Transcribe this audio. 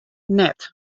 net